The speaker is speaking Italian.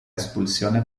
espulsione